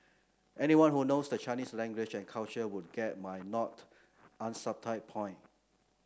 anyone who knows the Chinese language and culture would get my not unsubtle point